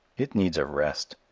it needs a rest.